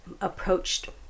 approached